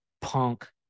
Punk